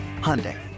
Hyundai